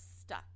stuck